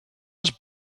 was